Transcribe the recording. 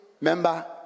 member